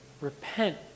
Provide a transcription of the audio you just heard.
Repent